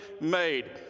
made